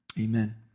Amen